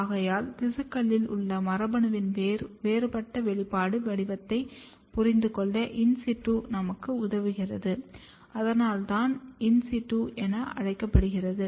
ஆகையால் திசுக்களில் உள்ள மரபணுவின் வேறுபட்ட வெளிப்பாடு வடிவத்தைப் புரிந்துகொள்ள இன் சிட்டு நமக்கு உதவுகிறது அதனால்தான் அது இன் சிட்டு என அழைக்கப்படுகிறது